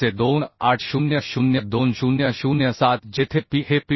चे 2 800 2007 जेथे पी हे पी